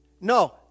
no